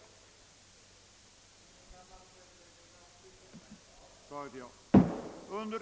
partistödets konstruktion och om andra i motionerna berörda frågor som sammanhänger med partiernas finansiering».